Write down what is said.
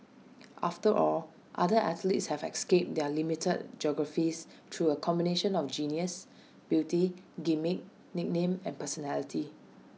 after all other athletes have escaped their limited geographies through A combination of genius beauty gimmick nickname and personality